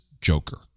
Joker